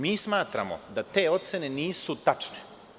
Mi smatramo da te ocene nisu tačne.